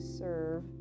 serve